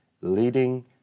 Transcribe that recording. leading